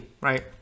right